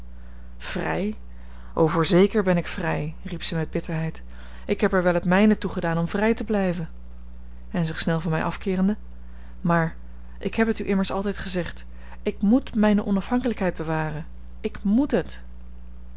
vrij o voorzeker ben ik vrij riep zij met bitterheid ik heb er wel het mijne toe gedaan om vrij te blijven en zich snel van mij afkeerende maar ik heb het u immers altijd gezegd ik moet mijne onafhankelijkheid bewaren ik moet het